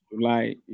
July